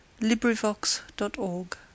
LibriVox.org